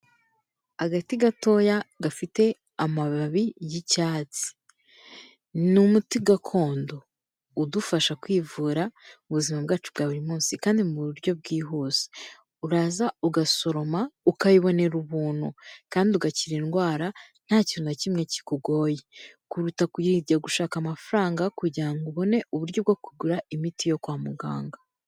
Agati gatoya gafite amababi y'icyatsi. Ni umuti gakondo udufasha kwivura ubuzima bwacu bwa buri munsi kandi mu buryo bwihuse uraza ugasoroma ukayibonera ubuntu kandi ugakira indwara nta kintu na kimwe kikugoye kuruta kujya gushaka amafaranga kugirango ubone uburyo bwo kugura imiti yo kwa muganga.